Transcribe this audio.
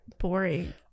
boring